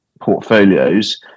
portfolios